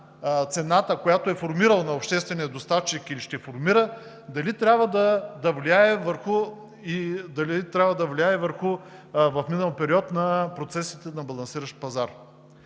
цената, която е формирала на обществения доставчик или ще формира, дали трябва да влияе в минал период върху процесите на балансиращ пазар.